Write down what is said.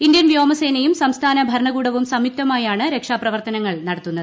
Indian വ്യോമസേനയും സംസ്ഥാന ഭരണകൂടവും സംയുക്തമായാണ് രക്ഷാപ്രവർത്തനങ്ങൾ നടത്തുന്നത്